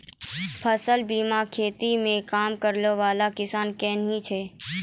फसल बीमा खेतो मे काम करै बाला किसान किनै छै